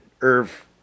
Irv